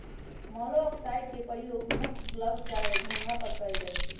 मोलॉक्साइड्स के प्रयोग मुख्य स्लग चाहे घोंघा पर कएल जाइ छइ